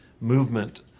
movement